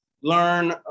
learn